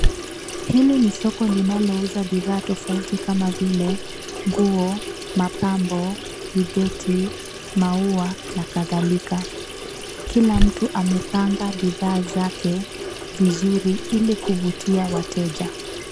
Hili ni siko linalouza bidhaa tofauti kama vile nguo, mapambo, vibeti, maua na kadhalika. Kila mtu amepanga bidhaa zake vizuri ili kuvutia wateja.